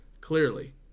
clearly